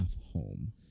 home